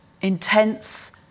intense